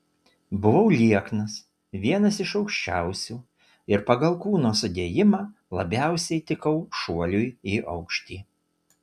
buvau lieknas vienas iš aukščiausių ir pagal kūno sudėjimą labiausiai tikau šuoliui į aukštį